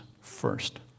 first